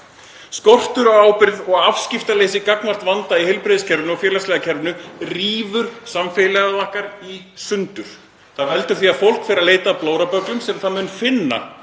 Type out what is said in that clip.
Skortur á ábyrgð og afskiptaleysi gagnvart vanda í heilbrigðiskerfinu og félagslega kerfinu rýfur samfélag okkar. Það veldur því að fólk fer að leita að blórabögglum sem það mun finna